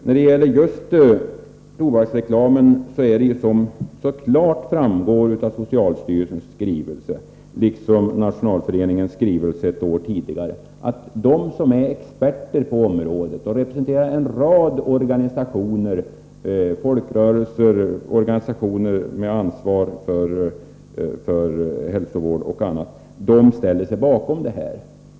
När det gäller just tobaksreklamen är det, som så klart framgår av socialstyrelsens skrivelse liksom av nationalföreningens skrivelse ett år tidigare, på det sättet att de som är experter på området och representerar en rad organisationer, folkrörelser och institutioner med ansvar för hälsovård och annat ställer sig bakom detta.